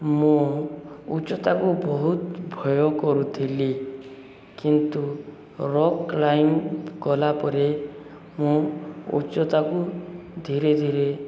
ମୁଁ ଉଚ୍ଚତାକୁ ବହୁତ ଭୟ କରୁଥିଲି କିନ୍ତୁ ରକ୍ କ୍ଲାଇବ୍ କଲା ପରେ ମୁଁ ଉଚ୍ଚତାକୁ ଧୀରେ ଧୀରେ